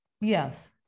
Yes